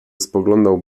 spoglądał